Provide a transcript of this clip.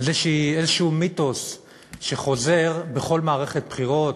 איזה מיתוס שחוזר בכל מערכת בחירות,